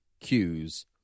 cues